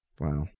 Wow